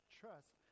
trust